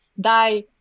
die